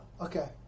Okay